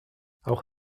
auch